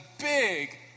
big